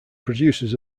producers